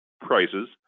prices